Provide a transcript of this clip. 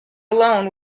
alone